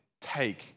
take